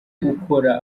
gukora